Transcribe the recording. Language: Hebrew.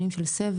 שנים של סבל,